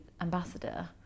ambassador